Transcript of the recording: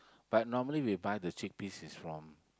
but normally we buy the chickpeas is from